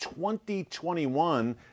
2021